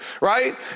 right